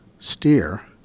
steer